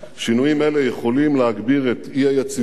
שינויים אלה יכולים להגביר את האי-יציבות